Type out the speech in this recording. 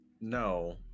no